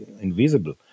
invisible